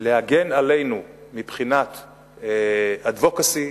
להגן עלינו מבחינתadvocacy ,